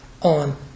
on